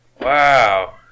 Wow